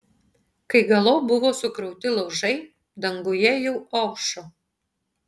kai galop buvo sukrauti laužai danguje jau aušo